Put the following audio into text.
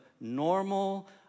normal